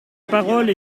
parole